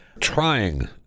trying